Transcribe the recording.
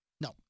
No